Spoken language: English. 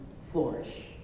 flourish